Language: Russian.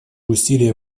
усилия